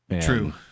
true